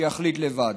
יחליט לבד.